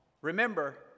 remember